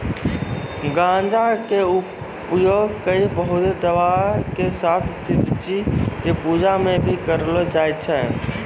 गांजा कॅ उपयोग कई बहुते दवाय के साथ शिवजी के पूजा मॅ भी करलो जाय छै